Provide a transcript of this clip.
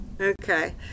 Okay